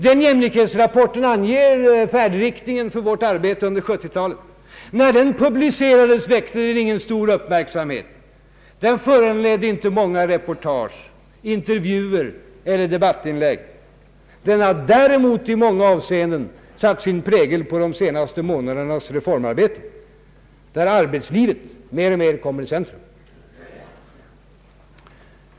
Denna jämlikhetsrapport anger färdriktningen för vårt arbete under 1970 talet. När den publicerades väckte den ingen större uppmärksamhet, föranledde inte många reportage, intervjuer eller debattinlägg. Den har däremot i många avseenden satt sin prägel på de senaste månadernas reformarbete, där arbetslivet mer och mer kommit i centrum.